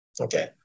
okay